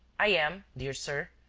i am, dear sir,